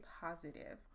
positive